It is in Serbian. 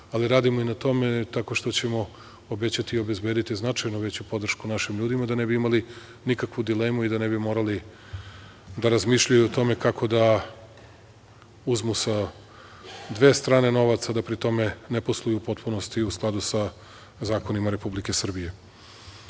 ali radimo i na tome tako što ćemo obećati i obezbediti značajno veću podršku našim ljudima, da ne bi imali nikakvu dilemu i da ne bi morali da razmišljaju o tome kako da uzmu sa dve strane novaca, a da pri tome ne posluju u potpunosti, i u skladu sa zakonima Republike Srbije. Što